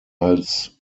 als